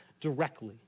directly